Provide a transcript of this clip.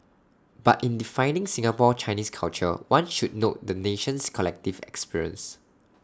but in defining Singapore Chinese culture one should note the nation's collective experience